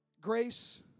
Grace